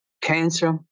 Cancer